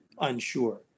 unsure